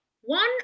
one